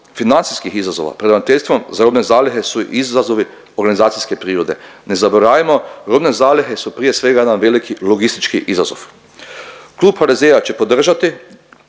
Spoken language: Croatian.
financijskih izazova pred ravnateljstvom za robne zalihe su i izazovi organizacijske prirode. Ne zaboravimo, robne zalihe su prije svega jedan veliki logistički izazov. Klub HDZ-a će podržati